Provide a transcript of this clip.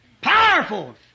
powerful